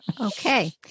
Okay